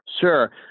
Sure